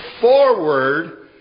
forward